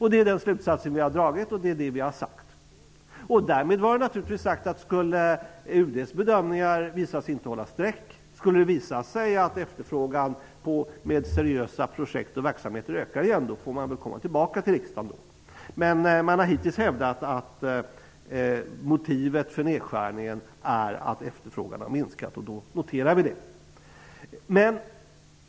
Det är den slutsatsen som utskottet har dragit. Därmed är det självklart att om UD:s bedömningar inte skulle hålla, dvs. att efterfrågan på pengar för seriösa projekt ökar, får frågan tas upp till förnyad behandling i riksdagen igen. Men motivet för nedskärningen är en minskad efterfrågan, och utskottet noterar detta.